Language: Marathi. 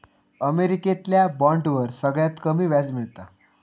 अमेरिकेतल्या बॉन्डवर सगळ्यात कमी व्याज मिळता